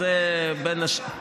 אז זה בין השאר,